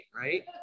right